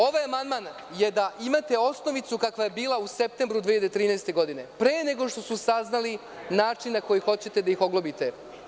Ovaj amandman je da imate osnovicu kakva je bila u septembru 2013. godine, pre nego što su saznali način na koji hoćete da ih oglobite.